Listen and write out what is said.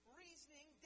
reasoning